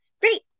Great